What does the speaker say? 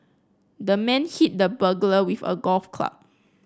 the man hit the burglar with a golf club